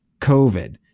covid